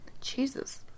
Jesus